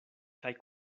kaj